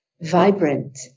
vibrant